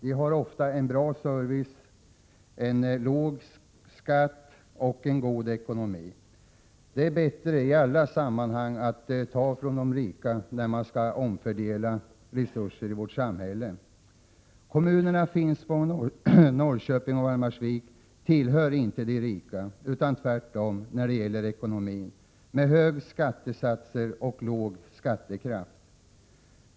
De har ofta en bra service, låga skatter och en god ekonomi. Det är bättre i alla sammanhang att ta från de rika när man skall omfördela resurser i vårt samhälle. Kommunerna Finspång, Norrköping och Valdemarsvik tillhör inte de rika utan tvärtom: de har höga skattesatser och låg skattekraft.